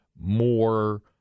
more –